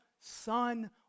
son